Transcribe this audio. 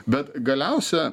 bet galiausia